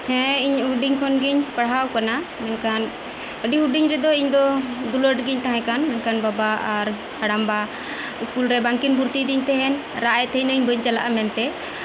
ᱦᱮᱸ ᱤᱧ ᱦᱩᱰᱤᱧ ᱠᱷᱚᱱ ᱜᱤᱧ ᱯᱟᱲᱦᱟᱣ ᱟᱠᱟᱱᱟ ᱢᱮᱱᱠᱷᱟᱱ ᱟᱹᱰᱤ ᱦᱩᱰᱤᱧ ᱨᱮᱫᱚ ᱤᱧ ᱫᱚ ᱫᱩᱞᱟᱹᱲ ᱜᱤᱧ ᱛᱟᱦᱮᱸ ᱠᱟᱱ ᱢᱮᱱᱠᱷᱟᱱ ᱵᱟᱵᱟ ᱟᱨ ᱦᱟᱲᱟᱢ ᱵᱟ ᱥᱠᱩᱞ ᱨᱮ ᱵᱟᱝᱠᱤᱱ ᱵᱷᱩᱨᱛᱤᱭᱮᱫᱤᱧ ᱛᱟᱦᱮᱱ ᱨᱟᱜ ᱮᱫ ᱛᱟᱦᱮᱸᱱᱤᱧ ᱵᱟᱹᱧ ᱪᱟᱞᱟᱜᱼᱟ ᱢᱮᱱᱛᱮ